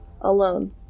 alone